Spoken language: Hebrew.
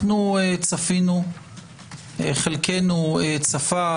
אנחנו צפינו חלקנו צפה,